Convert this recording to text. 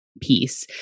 piece